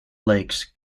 lakes